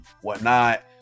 whatnot